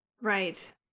Right